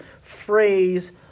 phrase